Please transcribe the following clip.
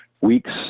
weeks